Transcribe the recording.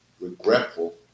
regretful